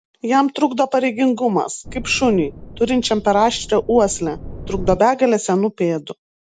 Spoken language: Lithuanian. jam trukdo pareigingumas kaip šuniui turinčiam per aštrią uoslę trukdo begalė senų pėdų